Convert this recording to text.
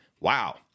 Wow